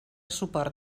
suport